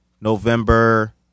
November